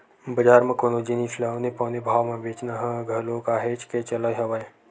बजार म कोनो जिनिस ल औने पौने भाव म बेंचना ह घलो काहेच के चले हवय